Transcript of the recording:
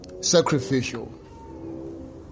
sacrificial